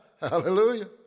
Hallelujah